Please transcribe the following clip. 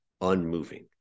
unmoving